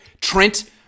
Trent